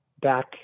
back